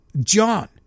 John